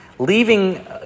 Leaving